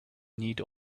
need